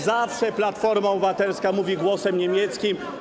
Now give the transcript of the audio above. Zawsze Platforma Obywatelska mówi głosem niemieckim.